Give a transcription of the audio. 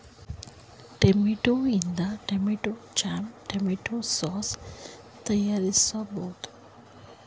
tomato ಇಂದ tomato jam, tomato sauce ತಯಾರಿಸಬೋದು